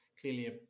clearly